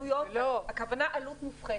הכוונה עלות מופחתת.